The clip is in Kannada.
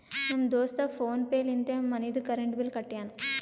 ನಮ್ ದೋಸ್ತ ಫೋನ್ ಪೇ ಲಿಂತೆ ಮನಿದು ಕರೆಂಟ್ ಬಿಲ್ ಕಟ್ಯಾನ್